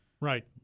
Right